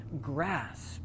grasp